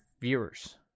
viewers